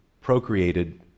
procreated